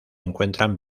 encuentran